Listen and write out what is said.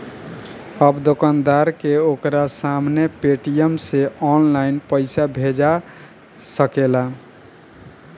अब दोकानदार के ओकरा सामने पेटीएम से ऑनलाइन पइसा भेजा सकेला